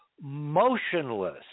motionless